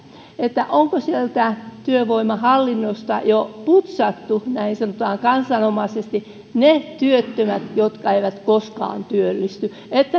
onko sieltä työvoimahallinnosta jo putsattu näin sanotaan kansanomaisesti ne työttömät jotka eivät koskaan työllisty